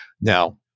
Now